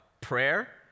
prayer